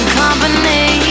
company